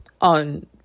on